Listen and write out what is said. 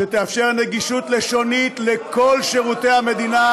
שיאפשר נגישות לשונית של כל שירותי המדינה,